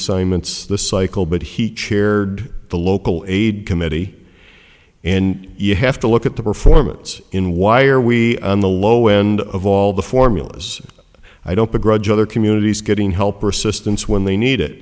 assignments the cycle but he chaired the local aid committee and you have to look at the performance in why are we on the low end of all the formulas i don't begrudge other communities getting help or assistance when they need it